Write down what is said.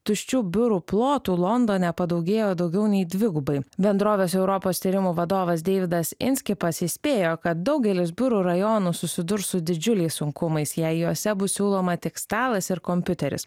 tuščių biurų plotų londone padaugėjo daugiau nei dvigubai bendrovės europos tyrimų vadovas deividas inskipas įspėjo kad daugelis biurų rajonų susidurs su didžiuliais sunkumais jei juose bus siūloma tik stalas ir kompiuteris